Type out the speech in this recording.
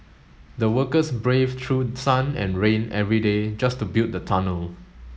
the workers braved through sun and rain every day just to build the tunnel